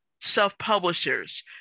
self-publishers